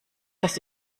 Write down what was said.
das